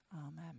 Amen